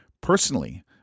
Personally